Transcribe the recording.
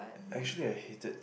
actually I hated